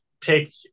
take